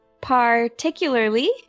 particularly